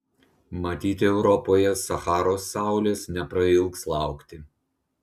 matyt europoje sacharos saulės neprailgs laukti